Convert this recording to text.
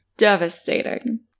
devastating